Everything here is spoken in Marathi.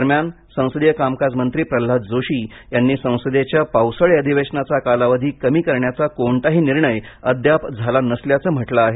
दरम्यान संसदीय कामकाज मंत्री प्रल्हाद जोशी यांनी संसदेच्या पावसाळी अधिवेशनाचा कालावधी कमी करण्याचा कोणताही निर्णय अद्याप झाला नसल्याचं म्हटलं आहे